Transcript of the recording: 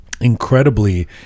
incredibly